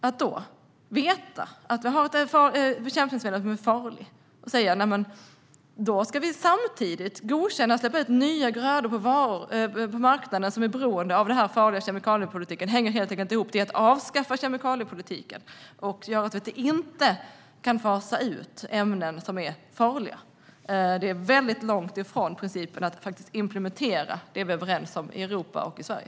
Om vi vet att ett bekämpningsmedel är farligt kan vi inte samtidigt godkänna och släppa ut nya grödor på marknaden som är beroende av det farliga bekämpningsmedlet. Detta hänger inte ihop, utan det är att avskaffa kemikaliepolitiken. Det skulle göra att vi inte kan fasa ut ämnen som är farliga. Detta är väldigt långt ifrån principen att implementera det vi är överens om i Europa och i Sverige.